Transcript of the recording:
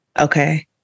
Okay